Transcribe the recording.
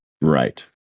right